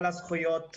כל הזכויות,